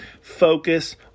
Focus